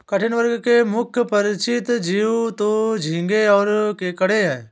कठिनी वर्ग के मुख्य परिचित जीव तो झींगें और केकड़े हैं